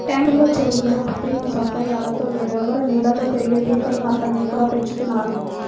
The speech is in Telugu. ట్యాంకుల్లో, చెరువుల్లో కృత్రిమ సౌకర్యాలతో వేర్వేరు నీళ్ళల్లో పెరిగే పీతలు, నత్తల్ని కూడా పెంచుతున్నారు